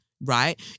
right